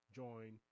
join